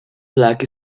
black